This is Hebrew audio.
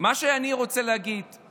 מה שאני רוצה להגיד זה